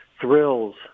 thrills